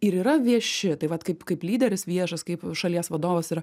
ir yra vieši tai vat kaip kaip lyderis viešas kaip šalies vadovas yra